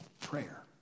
prayer